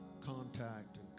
contact